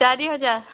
ଚାରି ହଜାର